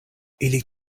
ili